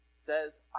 Says